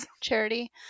charity